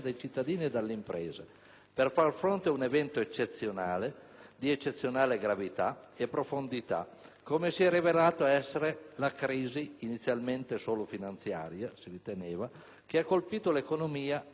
per far fronte ad un evento eccezionale, di eccezionale gravità e profondità, come si è rivelata essere la crisi inizialmente solo finanziaria - si riteneva - che ha colpito l'economia a livello internazionale.